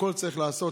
הכול צריך להיעשות.